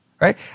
Right